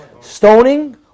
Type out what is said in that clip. Stoning